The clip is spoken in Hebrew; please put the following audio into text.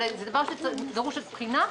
אבל זה דבר שדרוש עוד בחינה.